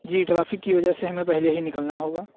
جی traffic کی وجہ سے ہمیں پہلے ہی نکلنا ہوگا